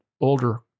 older